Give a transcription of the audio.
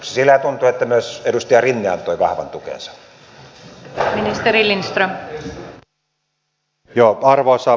tuntuu että myös edustaja rinne antoi vahvan tukensa